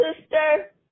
sister